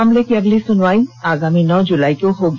मामले की अगली सुनवाई अंगामी नौ जुलाई को होगी